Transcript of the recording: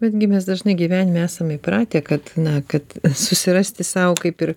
betgi mes dažnai gyvenime esame įpratę kad na kad susirasti sau kaip ir